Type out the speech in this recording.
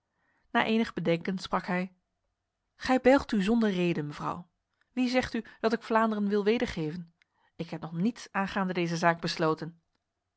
na enig bedenken sprak hij gij belgt u zonder rede mevrouw wie zegt u dat ik vlaanderen wil wedergeven ik heb nog niets aangaande deze zaak besloten